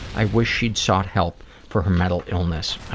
i wish she'd sought help for her mental illness. oh,